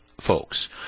folks